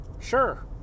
Sure